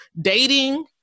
Dating